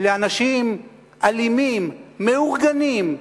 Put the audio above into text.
לאנשים אלימים, מאורגנים,